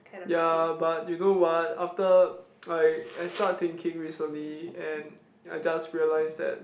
ya but you know what after I I start thinking recently and I just realised that